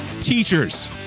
teachers